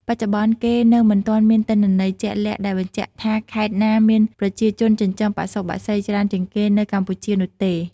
បច្ចុប្បន្ន គេនៅមិនទាន់មានទិន្នន័យជាក់លាក់ដែលបញ្ជាក់ថាខេត្តណាមានប្រជាជនចិញ្ចឹមបសុបក្សីច្រើនជាងគេនៅកម្ពុជានោះទេ។